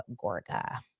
Gorga